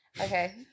Okay